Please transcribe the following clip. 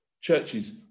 Churches